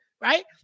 right